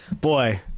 boy